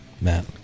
Matt